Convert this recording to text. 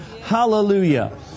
Hallelujah